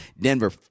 Denver